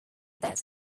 this